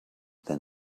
then